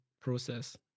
process